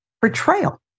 portrayal